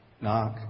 Knock